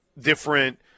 different